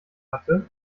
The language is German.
hatte